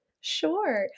Sure